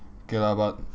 okay lah but